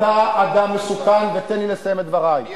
אתה אדם מסוכן, ותן לי לסיים את דברי.